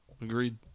Agreed